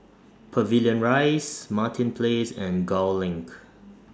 Pavilion Rise Martin Place and Gul LINK